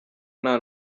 nta